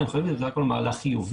ואני חושב שבסך הכול זה היה מהלך חיובי,